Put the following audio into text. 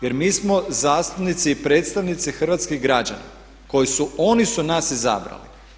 Jer mi smo zastupnici i predstavnici hrvatskih građana koji su nas izabrali.